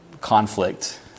conflict